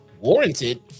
Warranted